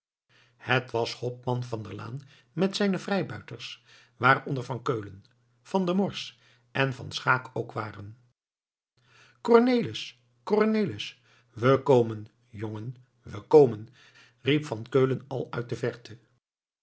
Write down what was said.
het was hopman van der laan met zijne vrijbuiters waaronder van keulen van der morsch en van schaeck ook waren cornelis cornelis we komen jongen we komen riep van keulen al uit de verte